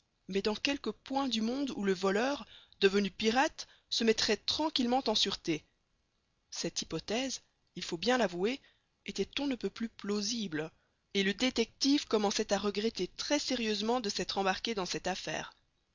mais dans quelque point du monde où le voleur devenu pirate se mettrait tranquillement en sûreté cette hypothèse il faut bien l'avouer était on ne peut plus plausible et le détective commençait à regretter très sérieusement de s'être embarqué dans cette affaire